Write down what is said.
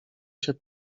się